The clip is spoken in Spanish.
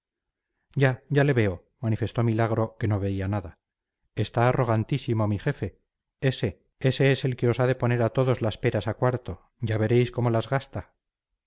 ya ya le veo manifestó milagro que no veía nada está arrogantísimo mi jefe ese ese es el que os ha de poner a todos las peras a cuarto ya veréis cómo las gasta